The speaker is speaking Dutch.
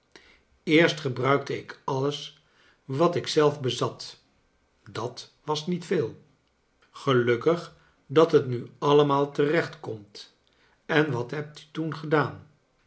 eerst gebruikte ik alles wat ik zelf bezat dat was niet veel gelukkig dat het nu allemaal terechtkomt en wat hebt u toen gedaan